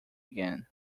again